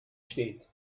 steht